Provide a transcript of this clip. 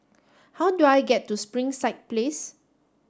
how do I get to Springside Place